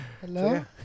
hello